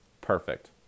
Perfect